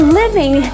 living